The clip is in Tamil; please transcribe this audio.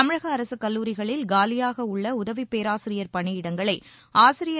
தமிழக அரசு கல்லூரிகளில் காலியாக உள்ள உதவிப் பேராசிரியர் பணியிடங்களை ஆசிரியர்